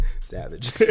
Savage